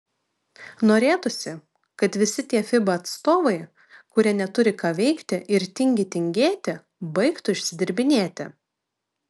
norėtųsi kad visi tie fiba atstovai kurie neturi ką veikti ir tingi tingėti baigtų išsidirbinėti